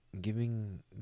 giving